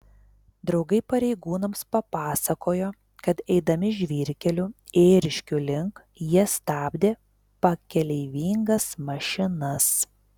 draugai pareigūnams papasakojo kad eidami žvyrkeliu ėriškių link jie stabdė pakeleivingas mašinas